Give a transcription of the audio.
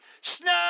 snow